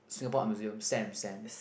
Singapore Art Museum Sam Sam